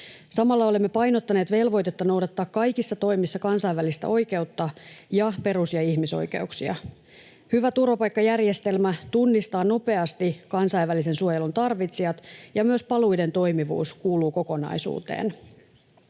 Samalla olemme painottaneet velvoitetta noudattaa kaikissa toimissa kansainvälistä oikeutta ja perus- ja ihmisoikeuksia. Hyvä turvapaikkajärjestelmä tunnistaa nopeasti kansainvälisen suojelun tarvitsijat, ja myös paluiden toimivuus kuuluu kokonaisuuteen.